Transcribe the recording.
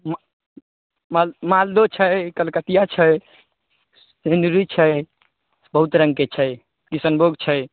मा माल मालदहो छै कलकतिआ छै मिनरी छै बहुत रङ्गके छै किसनभोग छै